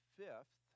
fifth